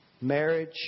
marriage